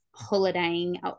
holidaying